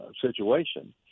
situation